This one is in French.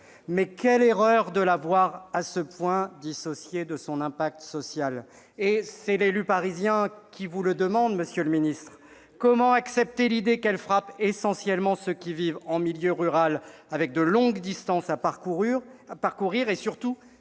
Mais quelle erreur de l'avoir à ce point dissociée de son impact social ! Très bien ! C'est l'élu parisien qui vous le demande, monsieur le secrétaire d'État : comment accepter l'idée que cette fiscalité frappe essentiellement ceux qui vivent en milieu rural, avec de longues distances à parcourir et, surtout,